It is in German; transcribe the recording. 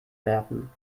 werfen